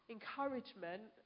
Encouragement